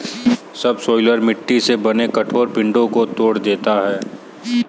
subsoiler मिट्टी से बने कठोर पिंडो को तोड़ देता है